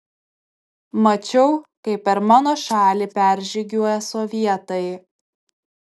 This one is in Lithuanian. mačiau kaip per mano šalį peržygiuoja sovietai